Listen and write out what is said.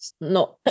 no